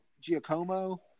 Giacomo